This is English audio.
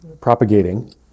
propagating